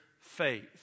faith